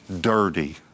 dirty